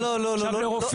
לא, לא, לא.